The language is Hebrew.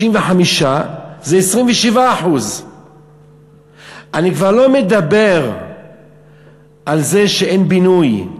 55% זה 27%. אני כבר לא מדבר על זה שאין בינוי,